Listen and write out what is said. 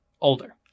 older